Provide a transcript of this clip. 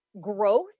growth